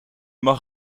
mag